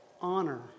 honor